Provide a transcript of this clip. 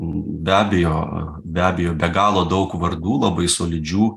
be abejo be abejo be galo daug vardų labai solidžių